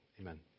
Amen